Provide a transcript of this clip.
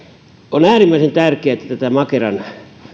on äärimmäisen tärkeää että tätä makeran